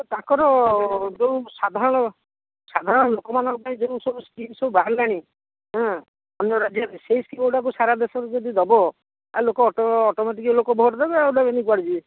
ସେ ତାଙ୍କର ଯୋଉ ସାଧାରଣ ସାଧାରଣ ଲୋକମାନଙ୍କ ପାଇଁ ଯୋଉ ସବୁ ସ୍କିମ୍ ସବୁ ବାହାରିଲାଣି ଅନ୍ୟ ରାଜ୍ୟରେ ସେଇ ସ୍କିମ୍ ଗୁଡ଼ାକୁ ସାରା ଦେଶରେ ଯଦି ଦେବ ଆଉ ଲୋକ ଅଟୋମେଟିକ୍ ଭୋଟ୍ ଦେବେ ଆଉ ଦେବେନି କୁଆଡ଼େ ଯିବେ